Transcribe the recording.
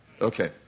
Okay